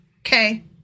Okay